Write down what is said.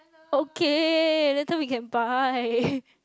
okay later we can buy